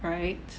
right